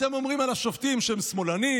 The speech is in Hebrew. אתם אומרים על השופטים שהם שמאלנים,